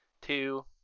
two